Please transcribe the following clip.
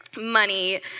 money